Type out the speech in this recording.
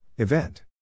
Event